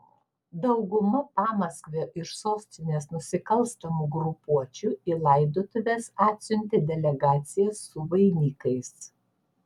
dauguma pamaskvio ir sostinės nusikalstamų grupuočių į laidotuves atsiuntė delegacijas su vainikais